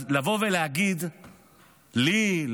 אז לבוא ולהגיד לי,